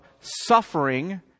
suffering